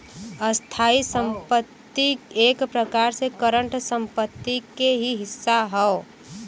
स्थायी संपत्ति एक प्रकार से करंट संपत्ति क ही हिस्सा हौ